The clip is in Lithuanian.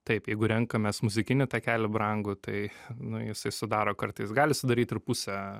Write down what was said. taip jeigu renkamės muzikinį takelį brangų tai nu jisai sudaro kartais gali sudaryt ir pusę